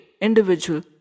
individual